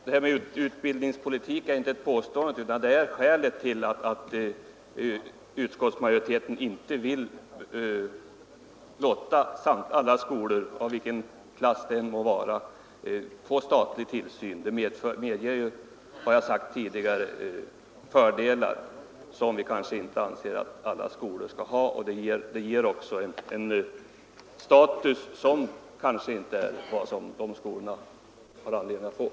Herr talman! Att ställningstagandet har med utbildningspolitik att göra är inte bara ett påstående. Utskottsmajoriteten vill inte låta alla skolor, av vilket slag de än må vara, få statlig tillsyn. Det medför, som jag sagt tidigare, fördelar som vi inte anser att alla skolor bör ha, och det ger också en status som alla skolor inte bör ha.